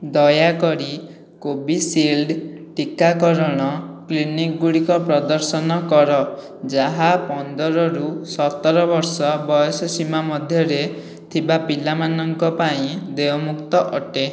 ଦୟାକରି କୋଭିସିଲ୍ଡ ଟିକାକରଣ କ୍ଲିନିକ୍ଗୁଡ଼ିକ ପ୍ରଦର୍ଶନ କର ଯାହା ପନ୍ଦରରୁ ସତର ବର୍ଷ ବୟସ ସୀମା ମଧ୍ୟରେ ଥିବା ପିଲାମାନଙ୍କ ପାଇଁ ଦେୟମୁକ୍ତ ଅଟେ